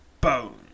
bone